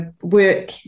work